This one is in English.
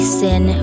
sin